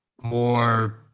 more